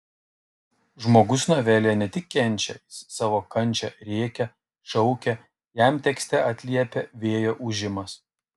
žmogus novelėje ne tik kenčia jis savo kančią rėkia šaukia jam tekste atliepia vėjo ūžimas